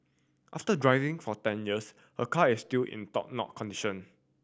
after driving for ten years her car is still in top now condition